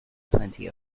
plenty